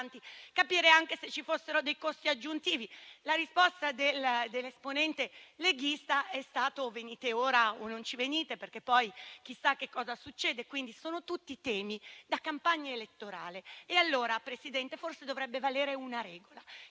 capire anche se ci fossero costi aggiuntivi. La risposta dell'esponente leghista è stata del tipo o venite ora o non ci venite, perché poi chissà cosa succede, quindi sono tutti temi da campagna elettorale. Signor Presidente, forse allora dovrebbe valere una regola: